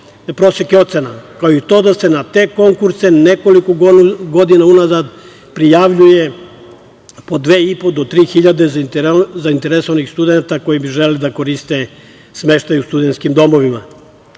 da se na te konkurse nekoliko godina unazad prijavljuje po dve i po do tri hiljade zainteresovanih studenata koji bi želeli da koriste smeštaj u studenskim domovima. Kada